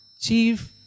chief